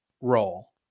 role